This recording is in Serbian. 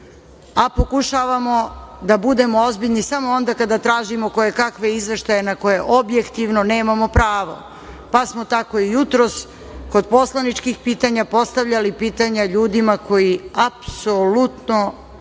a pokušavamo da budemo ozbiljni samo onda kada tražimo koje kakve izveštaje na koje objektivno nemamo pravo, pa smo tako i jutros kod poslaničkih pitanja, postavljali pitanja ljudima koji apsolutno